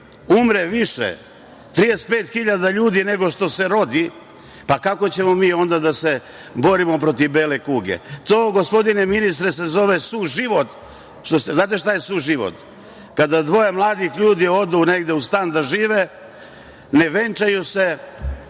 umre više od 35.000 ljudi nego što se rodi, kako ćemo mi onda da se borimo protiv bele kuge? Onda se to gospodine ministre zove suživot. Znate li šta je suživot? To je kada dvoje mladih ljudi odu negde u stan da žive, ne venčaju se